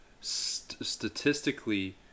statistically